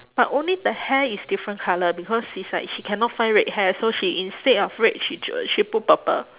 but only the hair is different colour because she's like she cannot find red hair so she instead of red she ju~ she put purple